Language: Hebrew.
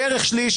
בערך שליש.